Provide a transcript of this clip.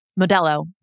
Modelo